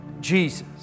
Jesus